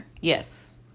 Yes